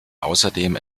außerdem